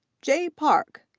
jae park,